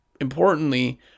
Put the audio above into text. importantly